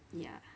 ya